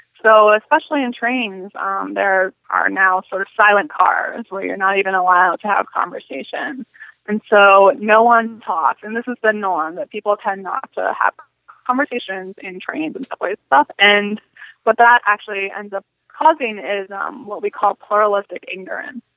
so especially in trains um there are now sort of silent cars where you are not even allowed to have conversations and so no one talks and this is the norm that people tend not to have conversations in trains and subways what but and but that actually ends up causing and is um what we call pluralistic ignorance